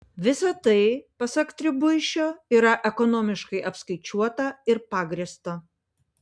visa tai pasak tribuišio yra ekonomiškai apskaičiuota ir pagrįsta